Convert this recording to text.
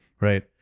Right